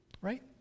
right